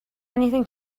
anything